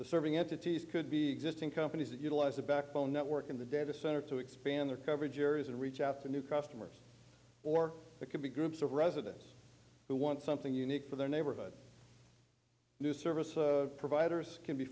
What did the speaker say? the serving entities could be existing companies that utilize a backbone network in the data center to expand their coverage areas and reach out to new customers or it could be groups of residents who want something unique for their neighborhood new service providers can be